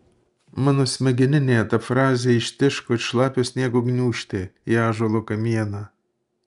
mano smegeninėje ta frazė ištiško it šlapio sniego gniūžtė į ąžuolo kamieną